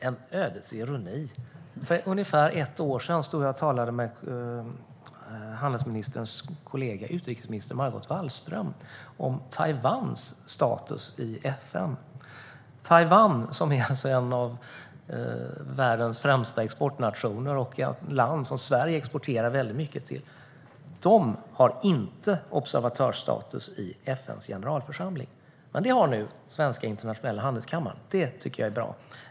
Det är en ödets ironi. För ungefär ett år sedan talade jag med handelsministerns kollega utrikesminister Margot Wallström om Taiwans status i FN. Taiwan är en av världens främsta exportnationer, och Sverige exporterar mycket till landet. Det landet har inte observatörsstatus i FN:s generalförsamling, men det har nu svenska Internationella handelskammaren. Det är bra.